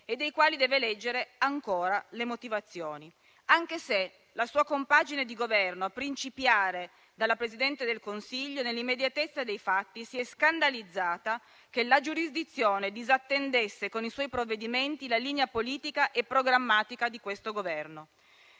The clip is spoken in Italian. e dei quali deve leggere ancora le motivazioni, anche se la sua compagine di Governo, a principiare dalla Presidente del Consiglio, nell'immediatezza dei fatti si è scandalizzata che la giurisdizione disattendesse con i suoi provvedimenti la linea politica e programmatica di questo Governo.